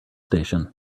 station